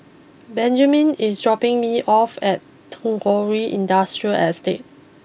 Benjamin is dropping me off at Tagore Industrial Estate